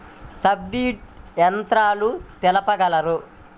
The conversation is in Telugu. సబ్సిడీ యంత్రాలు తెలుపగలరు?